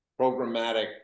programmatic